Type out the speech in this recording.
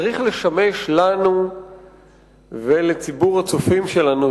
צריך לשמש לנו ולציבור הצופים שלנו,